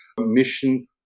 mission